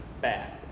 bad